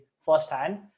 firsthand